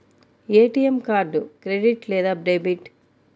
ATM card credit లేదా debit?